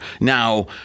Now